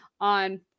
on